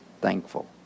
thankful